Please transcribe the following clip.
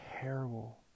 terrible